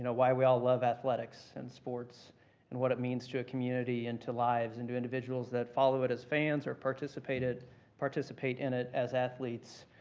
why we all love athletics and sports and what it means to a community and to lives and to individuals that follow it as fans or participate it participate in it as athletes.